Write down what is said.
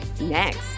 next